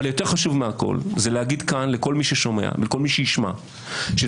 יותר חשוב מכל זה להגיד כאן לכל מי ששומע ולכל מי שישמע שתוכנית